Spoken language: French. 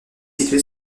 situé